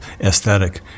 aesthetic